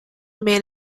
man